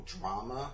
drama